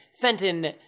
Fenton